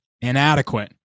inadequate